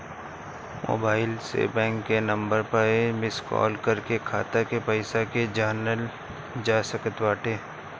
mobile से bank के number पअ मिस काल कर के खाता के पईसा के जानल जा सकत बाटे